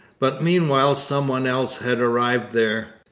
but meanwhile some one else had arrived there.